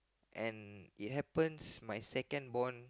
and it happens my second born